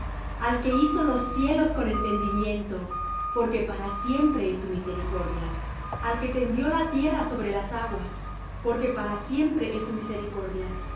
al que hizo los cielos con entendimiento porque para siempre es su misericordia al que tendió la tierra sobre las aguas porque para siempre es su misericordia